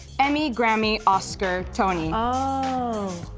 emmy, grammy, oscar, tony. oh.